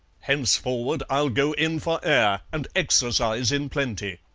henceforward i'll go in for air and exercise in plenty.